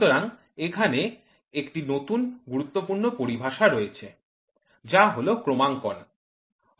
সুতরাং এখানে একটি নতুন গুরুত্বপূর্ণ পরিভাষা রয়েছে যা হল 'ক্রমাঙ্কন'